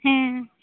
ᱦᱮᱸ